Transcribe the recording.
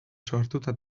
sortuta